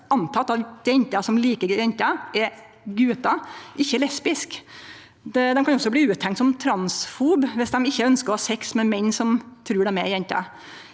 anteke at jenter som liker jenter, er gutar, ikkje lesbiske. Dei kan også bli uthengde som transfobe viss dei ikkje ønskjer å ha sex med menn som trur dei er jenter.